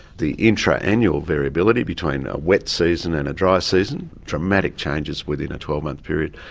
the intra-annual variability between a wet season and a dry season, dramatic changes within a twelve month period,